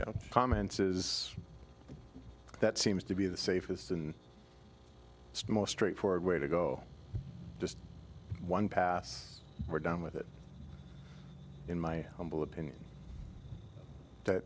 history comments is that seems to be the safest and most straightforward way to go just one pass we're done with it in my humble opinion that